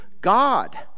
God